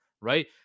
right